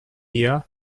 year